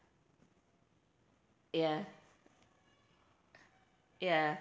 ya ya